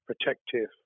protective